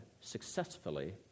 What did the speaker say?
successfully